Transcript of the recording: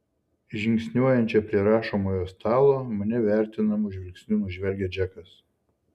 žingsniuojančią prie rašomojo stalo mane vertinamu žvilgsniu nužvelgia džekas